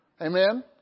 Amen